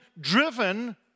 driven